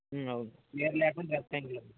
అవును స్క్వేర్ లేకుంటే రెక్టాంగిలా